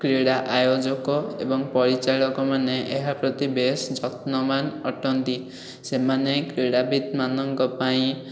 କ୍ରିଡ଼ା ଆୟୋଜକ ଏବଂ ପରିଚାଳକମାନେ ଏହାପ୍ରତି ବେଶ୍ ଯତ୍ନବାନ ଅଟନ୍ତି ସେମାନେ କ୍ରିଡ଼ାବିତମାନଙ୍କ ପାଇଁ